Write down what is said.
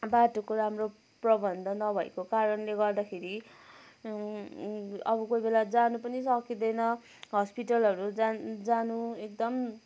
बाटोको राम्रो प्रबन्ध नभएको कारणले गर्दाखेरि अब कोही बेला जानु पनि सकिँदैन हस्पिटलहरू जानु एकदम